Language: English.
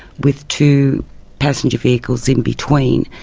with two passenger vehicles in between,